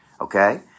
okay